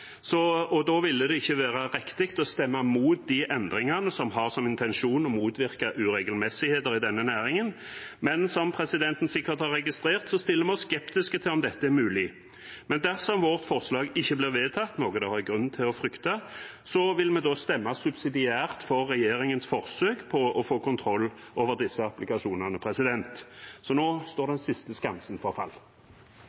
være riktig å stemme imot de endringene som har som intensjon å motvirke uregelmessigheter i denne næringen. Som presidenten sikkert har registrert, stiller vi oss skeptiske til om dette er mulig, men dersom vårt forslag ikke blir vedtatt, noe det er grunn til å frykte, vil vi stemme subsidiært for regjeringens forsøk på å få kontroll over disse applikasjonene. Nå står